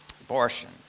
Abortion